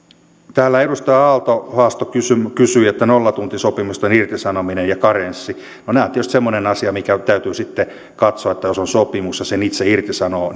täällä edustaja aalto haastoi kysyi kysyi että entä nollatuntisopimusten irtisanominen ja karenssi no nämä ovat tietysti semmoinen asia mikä täytyy sitten katsoa että jos on sopimus ja sen itse irtisanoo